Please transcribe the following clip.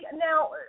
now